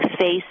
face